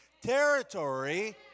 territory